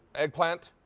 eggplant?